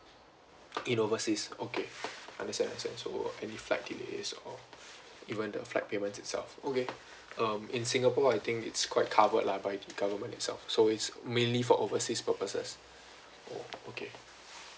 in overseas okay understand understand so any flight delays or even the flight payments itself okay um in singapore I think it is quite covered lah by the government itself so it's mainly for overseas purposes oh okay